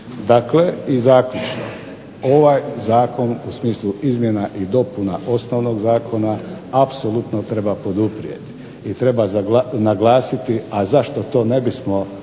Dakle, i zaključno, ovaj zakon u smislu izmjena i dopuna osnovnog zakona apsolutno treba poduprijeti i treba naglasiti, a zašto to ne bismo